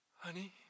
honey